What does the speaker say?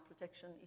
protection